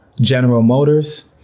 general motors,